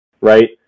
Right